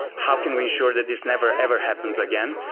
how can we ensure that this never ever happens again?